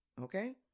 Okay